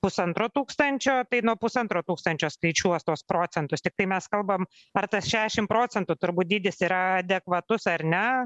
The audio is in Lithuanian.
pusantro tūkstančio tai nuo pusantro tūkstančio skaičiuos tuos procentus tiktai mes kalbam ar tas šiašim procentų turbūt dydis yra adekvatus ar ne